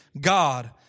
God